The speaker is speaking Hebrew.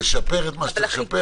לשפר את מה שצריך לשפר.